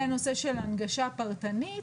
בנושא של הנגשה פרטנית,